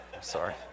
sorry